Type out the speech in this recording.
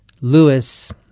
Lewis